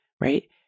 right